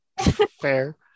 Fair